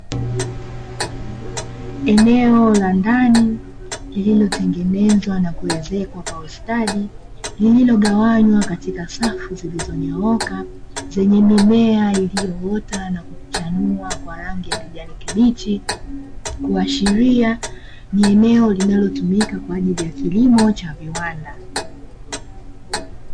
Eneo la ndani lililotengenezwa na kuwezekwa kwa ustadi, zilizogawanywa katika safu zilizonyooka zenye mimea iliyoota na kuchanua kwa rangi ya kijani kibichi, kuashiria ni eneo linalotumika kwajili ya kilimo cha viwanda.